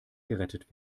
gerettet